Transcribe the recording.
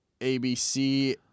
ABC